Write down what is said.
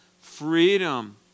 Freedom